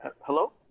Hello